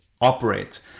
operate